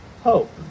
hope